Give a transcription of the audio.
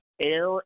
air